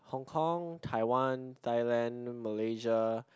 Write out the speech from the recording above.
Hong-Kong Taiwan Thailand Malaysia